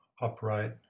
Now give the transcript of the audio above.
upright